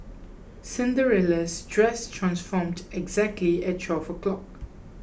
Cinderella's dress transformed exactly at twelve o'clock